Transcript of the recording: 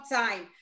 time